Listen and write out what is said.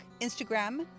Instagram